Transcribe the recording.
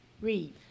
Read